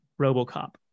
robocop